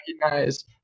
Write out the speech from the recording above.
recognize